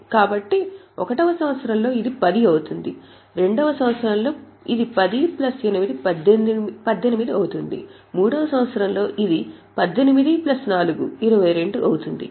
కాబట్టి 1 వ సంవత్సరంలో ఇది 10 అవుతుంది 2 వ సంవత్సరంలో ఇది 10 ప్లస్ 8 18 అవుతుంది 3 వ సంవత్సరంలో ఇది 18 ప్లస్ 4 22 అవుతుంది